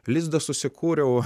lizdą susikūriau